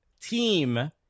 team